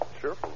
Sure